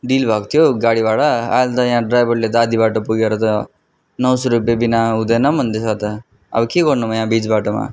deal भएको थियो गाडी भाडा अहिले त यहाँ त ड्राइभरले त आधी बाटो पुगेर त नौ सौ रुपेविना हुँदैन भन्दैछ त अब के गर्नु म यहाँ बिच बाटोमा